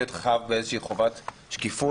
יכול להיות חייב באיזושהי חובת שקיפות.